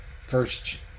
First